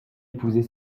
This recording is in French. épouser